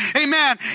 amen